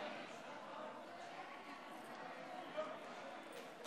20:15.) חברות וחברי הכנסת, אני מחדש את